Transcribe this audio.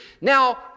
Now